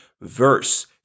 verse